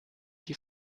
die